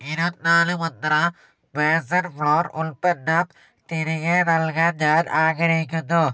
ഇരുപത്തിനാല് മന്ത്ര ബേസൻ ഫ്ലോർ ഉൽപ്പന്നം തിരികെ നൽകാൻ ഞാൻ ആഗ്രഹിക്കുന്നു